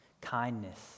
kindness